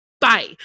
Bye